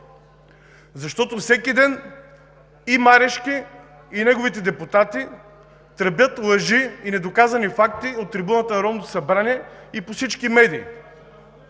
защото всеки ден и Марешки, и неговите депутати тръбят лъжи и недоказани факти от трибуната на Народното събрание и по всички медии,